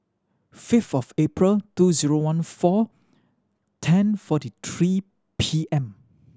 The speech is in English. fifth of April two zero one four ten forty three P M